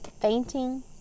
fainting